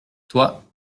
toi